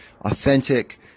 authentic